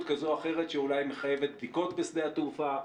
כזו או אחרת שאולי מחייבת בדיקות בשדה התעופה,